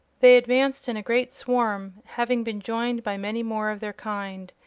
they advanced in a great swarm, having been joined by many more of their kind,